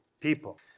people